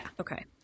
Okay